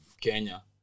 Kenya